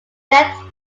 death